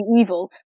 evil